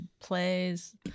plays